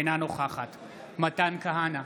אינה נוכחת מתן כהנא,